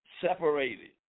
separated